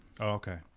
okay